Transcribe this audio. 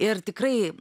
ir tikrai